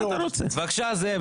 בבקשה, זאב.